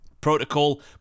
protocol